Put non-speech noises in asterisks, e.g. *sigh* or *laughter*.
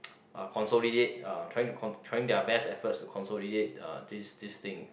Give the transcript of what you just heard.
*noise* uh consolidate uh trying to con~ trying their best effort to consolidate uh this this thing